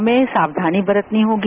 हमें साक्षानी बरतनी होगी